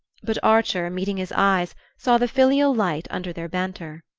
but archer, meeting his eyes, saw the filial light under their banter.